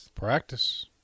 Practice